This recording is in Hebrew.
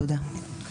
תודה.